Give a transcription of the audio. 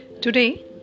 Today